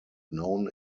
known